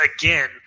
again